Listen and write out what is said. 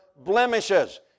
blemishes